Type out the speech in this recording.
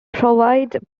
provides